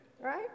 Right